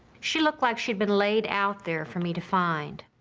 she looked like she'd been laid out there for me to find.